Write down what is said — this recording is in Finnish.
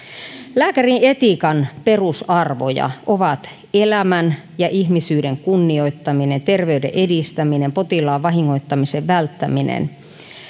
lääkärinetiikan perusarvoja ovat elämän ja ihmisyyden kunnioittaminen terveyden edistäminen potilaan vahingoittamisen välttäminen